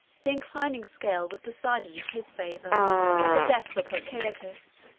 the inclining scale was decided in his favor by the death of apocaucus,